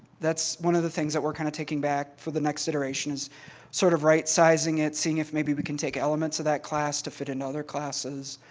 that's one of the things that we're kind of taking back for the next iteration, sort of right-sizing it, seeing if maybe we can take elements of that class to fit in other classes.